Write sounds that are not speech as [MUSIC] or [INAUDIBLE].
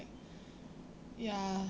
[BREATH] ya